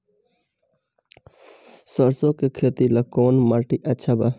सरसों के खेती ला कवन माटी अच्छा बा?